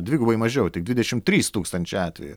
dvigubai mažiau tik dvidešimt trys tūkstančiai atvejų